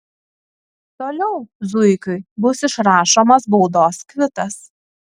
toliau zuikiui bus išrašomas baudos kvitas